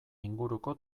inguruko